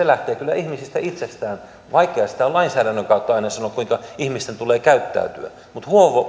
lähtee kyllä ihmisistä itsestään vaikea sitä on lainsäädännön kautta aina sanoa kuinka ihmisten tulee käyttäytyä mutta